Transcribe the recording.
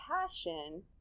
passion